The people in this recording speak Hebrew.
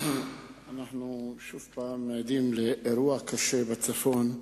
אנחנו שוב פעם עדים לאירוע קשה בצפון,